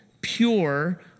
pure